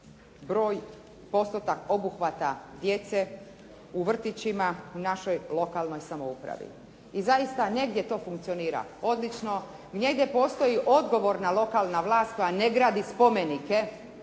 broj, postotak obuhvata djece u vrtićima u našoj lokalnoj samoupravi. I zaista negdje to funkcionira odlično, negdje postoji odgovorna lokalna vlast koja ne gradi spomenike